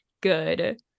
good